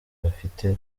bafite